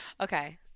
okay